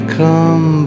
come